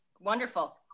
Wonderful